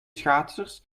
schaatsers